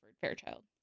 Fairchild